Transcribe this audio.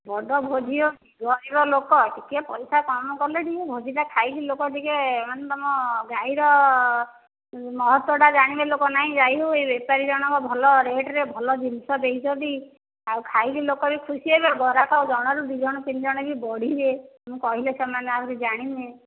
ବଡ଼ ଭୋଜି ହେଉଛି ଗରିବ ଲୋକ ଟିକିଏ ପଇସା କମ୍ କଲେ ଟିକିଏ ଭୋଜିଟା ଖାଇକି ଲୋକ ଟିକିଏ ମାନେ ତୁମ ଗାଈର ମହତ୍ୱଟା ଜାଣିବେ ଲୋକ ନା ଗାଈ ବେପାରୀ ଜଣକ ଭଲ ରେଟ୍ରେ ଭଲ ଜିନିଷ ଦେଇଛନ୍ତି ଆଉ ଖାଇକି ଲୋକ ବି ଖୁସି ହେବେ ଗରାଖ ଜଣରୁ ଦୁଇ ଜଣ ତିନି ବି ଜଣ ବଢ଼ିବେ ମୁଁ କହିଲେ ସେମାନେ ଆହୁରି ଜାଣିବେ